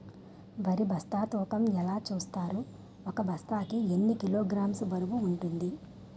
వరి బస్తా తూకం ఎలా చూస్తారు? ఒక బస్తా కి ఎన్ని కిలోగ్రామ్స్ బరువు వుంటుంది?